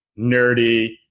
nerdy